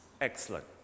Excellent